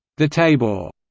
the taybor,